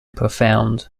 profound